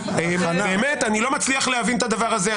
אני לא מצליח להבין את הדבר הזה,